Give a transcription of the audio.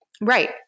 Right